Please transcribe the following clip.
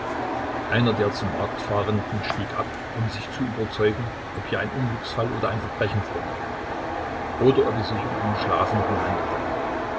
einer der zum markt fahrenden stieg ab um sich zu überzeugen ob hier ein unglücksfall oder ein verbrechen vorliege oder ob es sich um einen schlafenden handelte